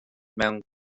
mewn